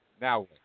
now